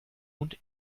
und